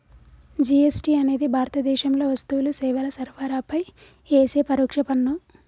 GST అనేది భారతదేశంలో వస్తువులు, సేవల సరఫరాపై యేసే పరోక్ష పన్ను